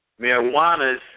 Marijuana's